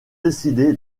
décidé